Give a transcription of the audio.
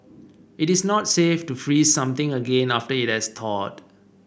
it is not safe to freeze something again after it has thawed